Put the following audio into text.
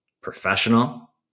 professional